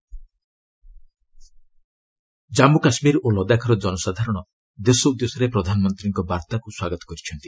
ରିଆକୁନ PM address Jammu Kashmir ଓ ଲଦାଖର ଜନସାଧାରଣ ଦେଶ ଉଦ୍ଦେଶ୍ୟରେ ପ୍ରଧାନମନ୍ତ୍ରୀଙ୍କ ବାର୍ତ୍ତାକୁ ସ୍ୱାଗତ କରିଛନ୍ତି